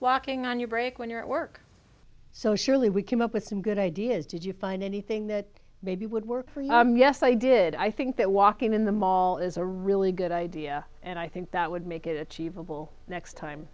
walking on your break when you're at work so surely we came up with some good ideas did you find anything that maybe would work for you yes i did i think that walking in the mall is a really good idea and i think that would make it achievable next time